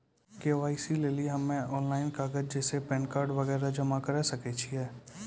KYC लेली हम्मय online कागज जैसे पैन कार्ड वगैरह जमा करें सके छियै?